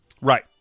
Right